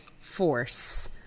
force